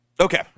Okay